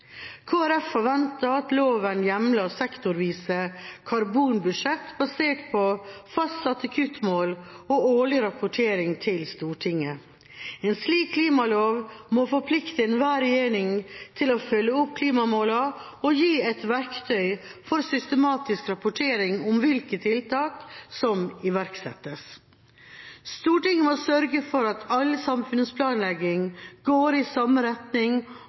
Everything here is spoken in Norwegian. forventer at loven hjemler sektorvise karbonbudsjetter basert på fastsatte kuttmål og årlig rapportering til Stortinget. En slik klimalov må forplikte enhver regjering til å følge opp klimamålene og gi et verktøy for systematisk rapportering om hvilke tiltak som iverksettes. Stortinget må sørge for at all samfunnsplanlegging går i samme retning,